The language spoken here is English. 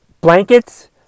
blankets